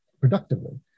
productively